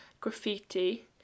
graffiti